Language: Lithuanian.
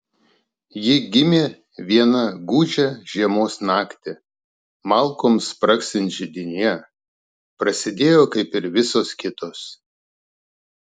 ji gimė vieną gūdžią žiemos naktį malkoms spragsint židinyje prasidėjo kaip ir visos kitos